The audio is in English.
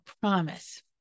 promise